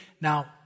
Now